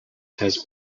has